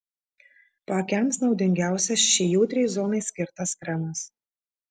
paakiams naudingiausias šiai jautriai zonai skirtas kremas